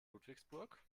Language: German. ludwigsburg